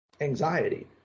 anxiety